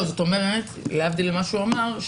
להבדיל ממה שהוא אמר,